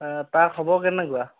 তাৰ খবৰ কেনেকুৱা